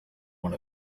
one